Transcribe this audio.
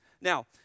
Now